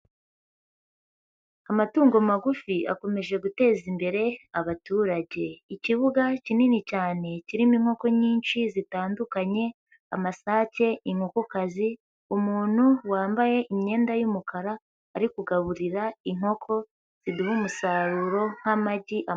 Amatungo magufi akomeje guteza imbere abaturage, ikibuga kinini cyane kirimo inkoko nyinshi zitandukanye amasake, inkokokazi, umuntu wambaye imyenda y'umukara ari kugaburira inkoko ziduha umusaruro nk'amagi abiri....